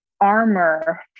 armor